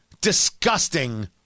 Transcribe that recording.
disgusting